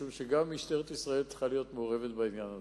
משום שגם משטרת ישראל צריכה להיות מעורבת בעניין הזה.